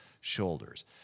shoulders